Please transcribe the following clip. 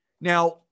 Now